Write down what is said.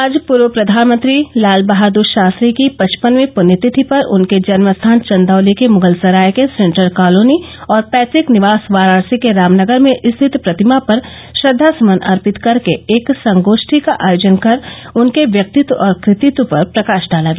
आज पूर्व प्रधानमंत्री लाल बहादुर शास्त्री की पचपनवीं पृण्यतिथि पर उनके जन्म स्थान चंदौली के मुगलसराय के सेन्ट्रल कालोनी और पैतुक निवास वाराणसी के रामनगर में स्थित प्रतिमा पर श्रद्वा सुमन अर्पित कर के एक संगोष्ठी का आयोजन कर के उनके व्यक्तित्व और कृतित्व पर प्रकाश डाला गया